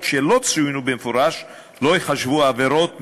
שלא צוינו במפורש לא ייחשבו עבירת משמעת.